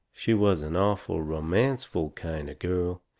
she was an awful romanceful kind of girl.